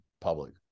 public